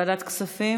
ועדת הכספים?